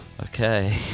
Okay